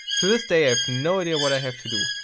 to this day i have no idea what i have to do.